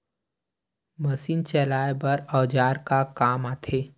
Machine चलाए बर औजार का काम आथे?